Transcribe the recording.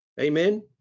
Amen